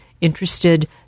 interested